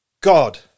God